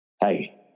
Hey